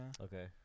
Okay